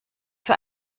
für